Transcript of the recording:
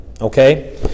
okay